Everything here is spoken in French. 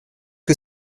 que